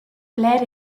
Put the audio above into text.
blera